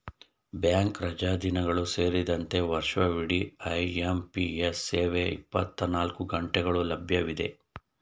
bank ರಜಾದಿನಗಳು ಸೇರಿದಂತೆ ವರ್ಷವಿಡಿ ಐ.ಎಂ.ಪಿ.ಎಸ್ ಸೇವೆ ಇಪ್ಪತ್ತನಾಲ್ಕು ಗಂಟೆಗಳು ಲಭ್ಯವಿದೆ